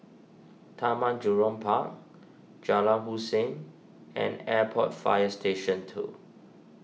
Taman Jurong Park Jalan Hussein and Airport Fire Station two